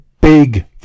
big